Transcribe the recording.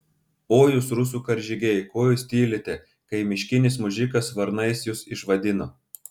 oi jūs rusų karžygiai ko jūs tylite kai miškinis mužikas varnais jus išvadino